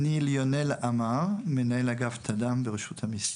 מנהל אגף תד"מ ברשות המיסים.